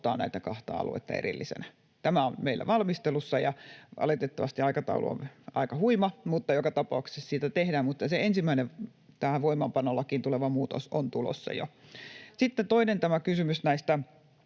rahoittaa näitä kahta aluetta erillisinä. Tämä on meillä valmistelussa, ja valitettavasti aikataulu on aika huima, mutta joka tapauksessa sitä tehdään. Mutta se ensimmäinen tähän voimaanpanolakiin tuleva muutos on tulossa jo. [Arja Juvonen: Hyvä!] Sitten toinen, tämä kysymys tästä